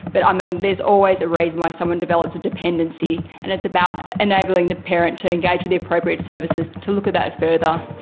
but um there's always a reason why someone develops a dependency, and it's about enabling the parent to engage with the appropriate services to look at that further.